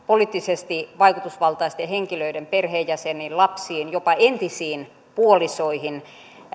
poliittisesti vaikutusvaltaisten henkilöiden perheenjäseniin lapsiin jopa entisiin puolisoihin